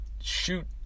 shoot